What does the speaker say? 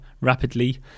rapidly